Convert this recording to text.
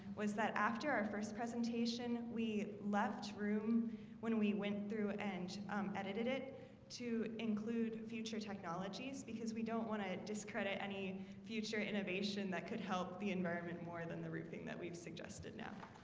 was that after our first presentation we left room when we went through and edited it to include future technologies because we don't want to discredit any future innovation that could help the environment more than the roofing that we've suggested now